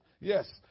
yes